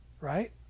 right